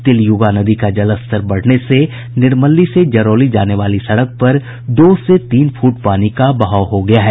तिलयुगा नदी का जलस्तर बढ़ने से निर्मली से जरौली जाने वाली सड़क पर दो से तीन फुट पानी का बहाव हो गया है